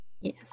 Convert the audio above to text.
Yes